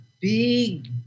big